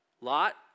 Lot